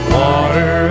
water